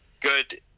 good